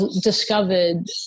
discovered –